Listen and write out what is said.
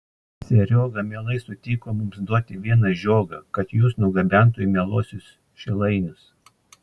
serioga mielai sutiko mums duoti vieną žiogą kad jus nugabentų į mieluosius šilainius